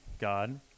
God